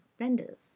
renders